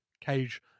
Cage